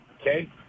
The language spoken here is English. Okay